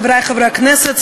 חברי חברי הכנסת,